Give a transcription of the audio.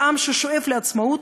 לעם ששואף לעצמאות,